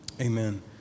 Amen